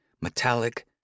metallic